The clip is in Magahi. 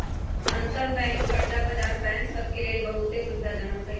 अंतरबैंक कर्जा बजार बैंक सभ के लेल बहुते सुविधाजनक हइ